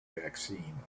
vaccine